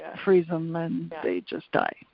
ah freeze em and they just die.